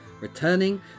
returning